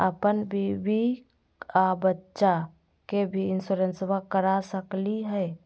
अपन बीबी आ बच्चा के भी इंसोरेंसबा करा सकली हय?